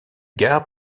gare